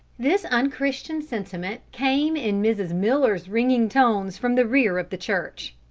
this unchristian sentiment came in mrs. miller's ringing tones from the rear of the church.